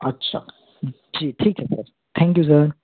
अच्छा जी ठीक है सर थैंक यू सर